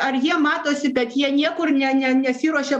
ar jie matosi kad jie niekur ne ne nesiruošia